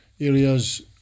areas